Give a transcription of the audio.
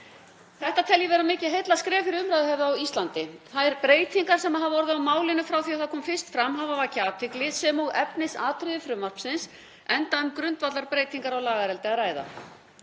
Þetta tel ég vera mikið heillaskref fyrir umræðuhefð á Íslandi, þær breytingar sem hafa orðið á málinu frá því að það kom fyrst fram hafa vakið athygli sem og efnisatriði frumvarpsins, enda um grundvallarbreytingar á lagareldi að ræða.